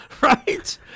right